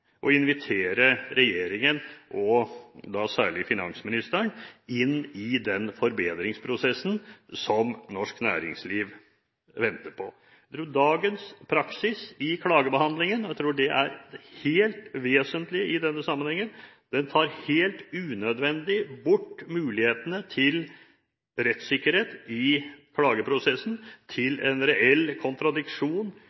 å invitere regjeringen, og da særlig finansministeren, inn i den forbedringsprosessen som norsk næringsliv venter på. Jeg tror at dagens praksis med hensyn til klagebehandlingen – og jeg tror det er helt vesentlig i denne sammenhengen – tar helt unødvendig bort mulighetene til rettssikkerhet i klageprosessen